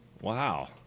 Wow